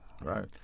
Right